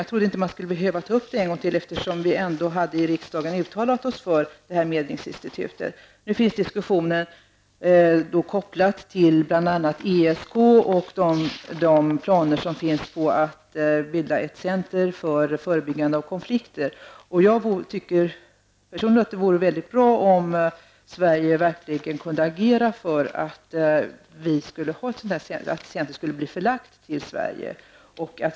Jag trodde inte att man skulle behöva ta upp detta en gång till, eftersom vi ändå hade uttalat oss i riksdagen för det här medlingsinstitutet. Nu är diskussionen kopplad till bl.a. ESK och de planer som finns på att bilda ett center för förebyggande av konflikter. Jag tycker personligen att det vore mycket bra om Sverige kunde agera för att centret skall bli förlagt till Sverige.